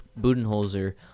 Budenholzer